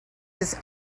his